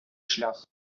шлях